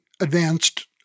advanced